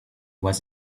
was